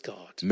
God